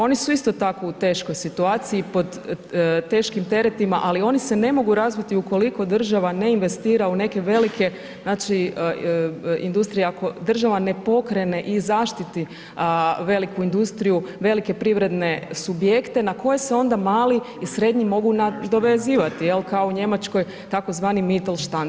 Oni su isto tako u teškoj situaciji, pod teškim teretima ali oni se ne mogu razviti ukoliko država ne investira u neke velike, znači industrije, ako država ne pokrene i zaštiti veliku industriju, velike privredne subjekte na koje se onda mali i srednji mogu nadovezivati, kao u Njemačkoj tzv. mittelstand.